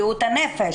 בריאות הנפש,